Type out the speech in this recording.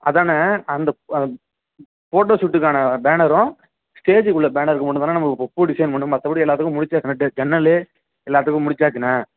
அதாண்ணா அந்த ஃபோட்டோ ஷூட்டுக்கான பேனரும் ஸ்டேஜிக்குள்ள பேனருக்கு மட்டுந்தாண்ணா நம்ப பூ டிசைன் பண்ணும் மற்றப்படி எல்லாத்துக்கும் முடிச்சாச்சு ஜன்னல் எல்லாத்துக்கும் முடிச்சாச்சிண்ணா